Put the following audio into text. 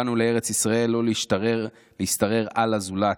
באנו" לארץ ישראל "לא להשתרר על הזולת,